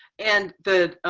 and the.